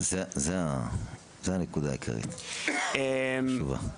זו הנקודה העיקרית, החשובה.